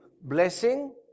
blessing